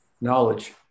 knowledge